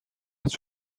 است